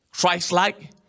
Christ-like